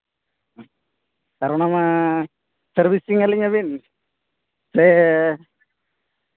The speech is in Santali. ᱦᱮᱸ ᱚᱱᱟᱢᱟ ᱥᱟᱨᱵᱷᱤᱥᱤᱝ ᱟᱹᱞᱤᱧ ᱟᱹᱵᱤᱱ ᱥᱮ